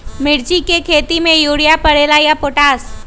मिर्ची के खेती में यूरिया परेला या पोटाश?